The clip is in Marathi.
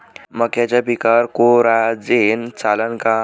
मक्याच्या पिकावर कोराजेन चालन का?